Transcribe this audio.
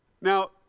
Now